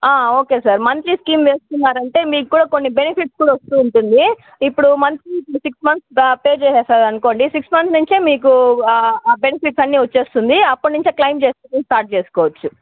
ఒకే sir monthly scheme వేసుకున్నారంటే మీకూడా కొన్ని బెనిఫిట్స్ కూడా వస్తూ ఉంటుంది ఇప్పుడు మంత్లీ సిక్స్ మంత్స్ పే చేసేశారనుకోండి సిక్స్ మంత్స్ నుంచే మీకు ఆ బెనిఫిట్స్ అన్ని వచ్చేస్తుంది అప్పడ్నుంచే క్లెయిం చేసుకోవడం స్టార్ట్ చేసుకొచ్చు